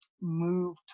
move